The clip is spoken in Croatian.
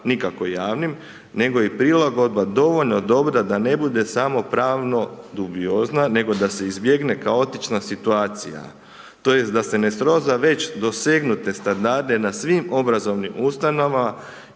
nikako javnim nego i prilagodba dovoljno dobra da ne bude samo pravno dubiozna nego da se izbjegne kaotična situacija tj. da se ne sroza već dosegnute standarde na svim obrazovnim ustanovama